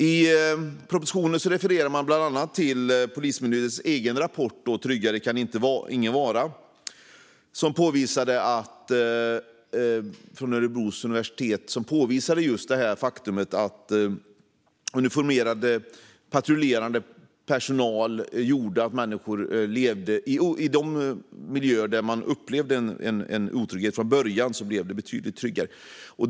I propositionen refererar man bland annat till Polismyndighetens egen rapport Tryggare kan ingen vara , skriven av författare från Örebro universitet, som påvisat faktumet att uniformerad patrullerande personal gör att det för människor i miljöer där de i början har upplevt en otrygghet blir betydligt tryggare.